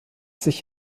sich